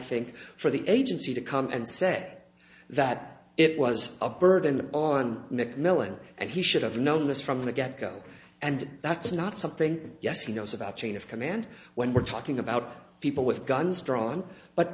think for the agency to come and say that it was a burden on macmillan and he should have known this from the get go and that's not something yes he knows about chain of command when we're talking about people with guns drawn but